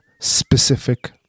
specific